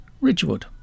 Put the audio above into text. Ridgewood